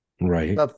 Right